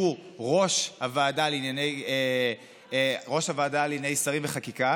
שהוא ראש הוועדה לענייני שרים לחקיקה,